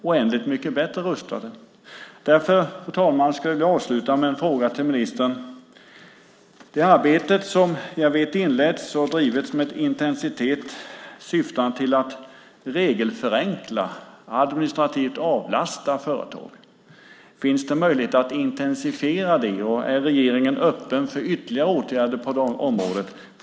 Därför, fru talman, skulle jag vilja avsluta med en fråga till ministern. Jag vet att ett arbete har inletts och drivits med intensitet syftande till att regelförenkla och administrativt avlasta företagen. Finns det möjlighet att intensifiera det? Och är regeringen öppen för ytterligare åtgärder på området?